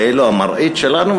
כאילו המראית שלנו?